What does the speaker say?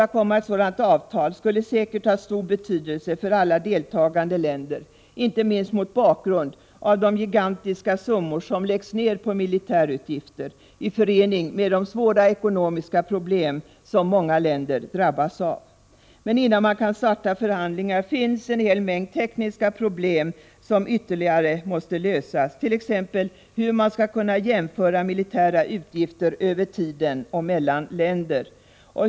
Det skulle säkert ha stor betydelse för alla deltagande länder om man åstadkom ett sådant avtal, inte minst mot bakgrund av de gigantiska summor som läggs ner på militärutgifter och de svåra ekonomiska problem många länder drabbas av. Innan man kan starta förhandlingar måste dock en hel mängd tekniska problem lösas. Hur skall mant.ex. kunna jämföra militära utgifter över tiden och mellan länder?